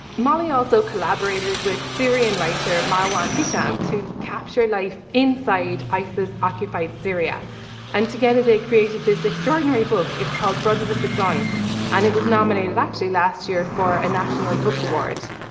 molly also collaborated with syrian writer marwan hisham to capture life inside isis occupied syria and together they created this extraordinary book. it's called brothers of the gun and it was nominated actually last year for a national book awards.